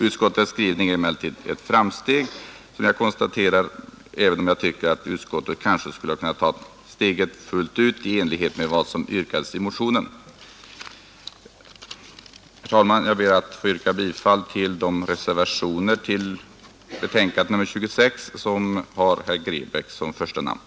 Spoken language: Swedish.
Utskottets skrivning är emellertid ett framsteg som jag noterar, även om jag tycker att utskottet kunde ha tagit steget fullt ut i enlighet med vad som yrkades i motionen. Jag ber att få yrka bifall till de reservationer till betänkandet nr 26 som har herr Grebäck som första namn.